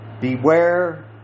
Beware